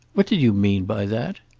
what did you mean by that?